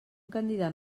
candidat